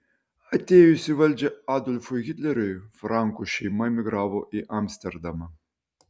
atėjus į valdžią adolfui hitleriui frankų šeima emigravo į amsterdamą